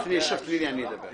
עכשיו תני לי, אני אדבר.